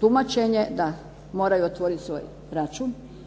tumačenje da moraju otvoriti svoj račun,